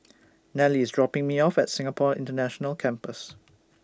Nelie IS dropping Me off At Singapore International Campus